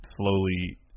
slowly